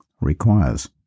requires